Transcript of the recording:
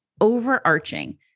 overarching